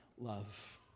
love